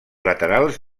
laterals